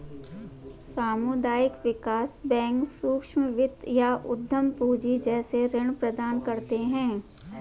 सामुदायिक विकास बैंक सूक्ष्म वित्त या उद्धम पूँजी जैसे ऋण प्रदान करते है